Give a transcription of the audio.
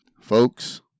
Folks